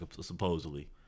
supposedly